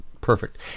Perfect